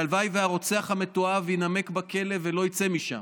והלוואי שהרוצח המתועב יימק בכלא ולא יצא משם,